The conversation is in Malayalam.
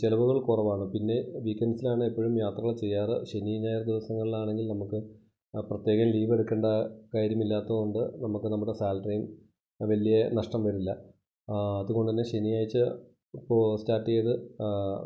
ചിലവുകൾ കുറവാണ് പിന്നെ വീകെൻറ്റ്സിലാണ് എപ്പഴും യാത്രകൾ ചെയ്യാറ് ശനീ ഞായർ ദിവസങ്ങളാണെങ്കിൽ നമുക്ക് ആ പ്രത്യേക ലീവെടുക്കേണ്ട കാര്യമില്ലാത്തത് കൊണ്ട് നമുക്ക് നമ്മുടെ സാലറിയും വലിയ നഷ്ടം വരില്ല അതുകൊണ്ട് തന്നെ ശനിയാഴ്ച പോ സ്റ്റാർട്ട് ചെയ്ത്